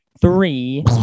three